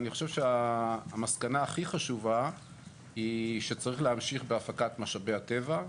אני חושב שהמסקנה הכי חשובה היא שצריך להמשיך בהפקת משאבי הטבע.